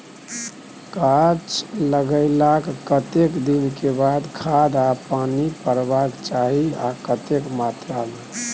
गाछ लागलाक कतेक दिन के बाद खाद आ पानी परबाक चाही आ कतेक मात्रा मे?